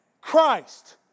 Christ